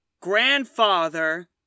grandfather